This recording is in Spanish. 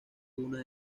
una